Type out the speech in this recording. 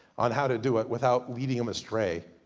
on how to do it without leading them astray,